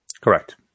Correct